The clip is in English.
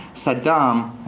saddam,